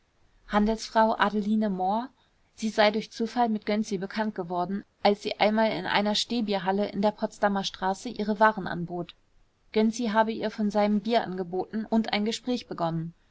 handelsfrau adeline mohr sie sei durch zufall mit gönczi bekannt geworden als sie einmal in einer stehbierhalle in der potsdamer straße ihre waren anbot gönczi habe ihr von seinem bier angeboten und ein gespräch begonnen